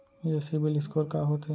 ये सिबील स्कोर का होथे?